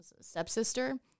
stepsister